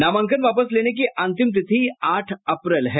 नामांकन वापस लेने की अंतिम तिथि आठ अप्रैल है